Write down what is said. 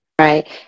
Right